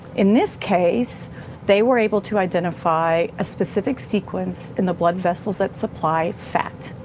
in this case they were able to identify a specific sequence in the blood vessels that supply fat,